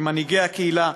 ממנהיגי הקהילה,